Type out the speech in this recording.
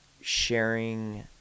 sharing